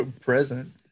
present